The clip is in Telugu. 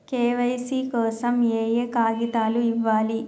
కే.వై.సీ కోసం ఏయే కాగితాలు ఇవ్వాలి?